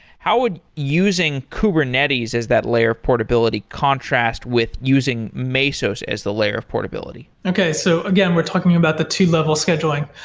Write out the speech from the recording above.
how would using kubernetes as that layer of portability contrast with using mesos as the layer of portability? okay, so again, we're talking about the two-level scheduling.